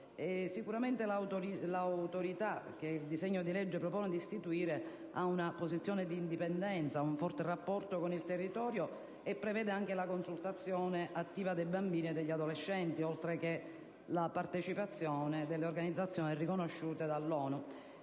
evolutiva. L'Autorità che il disegno di legge propone di istituire ha una posizione di indipendenza e un forte rapporto con il territorio, e per essa è prevista anche la consultazione attiva dei bambini e degli adolescenti, oltre che la partecipazione delle organizzazioni riconosciute dall'ONU.